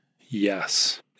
yes